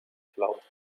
glaubt